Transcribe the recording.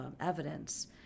evidence